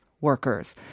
workers